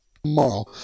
Tomorrow